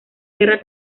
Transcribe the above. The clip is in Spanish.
guerra